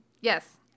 yes